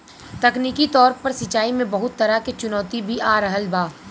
तकनीकी तौर पर सिंचाई में बहुत तरह के चुनौती भी आ रहल बा